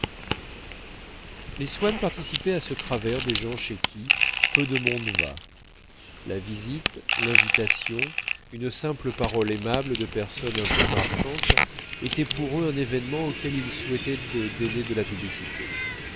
les swann participaient à ce travers des gens chez qui peu de monde va la visite l'invitation une simple parole aimable de personnes un peu marquantes étaient pour eux un événement auquel ils souhaitaient de donner de la publicité